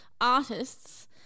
artists